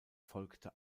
folgte